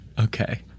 Okay